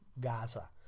Gaza